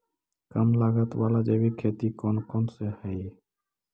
कम लागत वाला जैविक खेती कौन कौन से हईय्य?